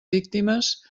víctimes